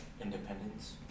Independence